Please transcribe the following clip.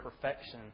perfection